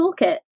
toolkit